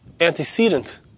antecedent